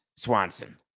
Swanson